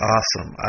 Awesome